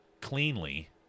cleanly